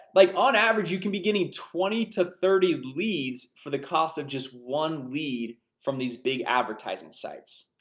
like on average, you can be getting twenty to thirty leads for the cost of just one lead from these big advertising sites.